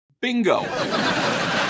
Bingo